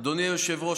אדוני היושב-ראש,